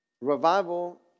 Revival